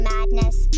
Madness